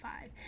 Five